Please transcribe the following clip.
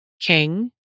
King